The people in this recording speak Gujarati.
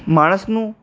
માણસનું